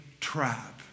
trap